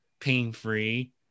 pain-free